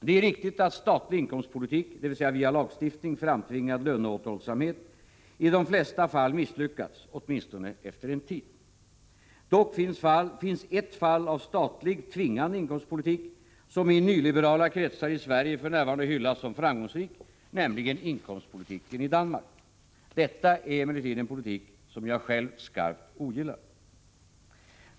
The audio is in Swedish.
Det är riktigt att statlig inkomstpolitik, dvs. via lagstiftning framtvingad löneåterhållsamhet, i de flesta fall misslyckats, åtminstone efter en tid. Dock finns ett fall av statlig, tvingande inkomstpolitik, som i nyliberala kretsar i Sverige för närvarande hyllas som framgångsrik, nämligen inkomstpolitiken i Danmark. Detta är emellertid en politik som jag själv skarpt ogillar.